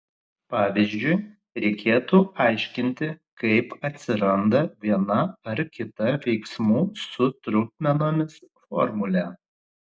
pavyzdžiui reikėtų aiškinti kaip atsiranda viena ar kita veiksmų su trupmenomis formulė